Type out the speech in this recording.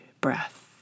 breath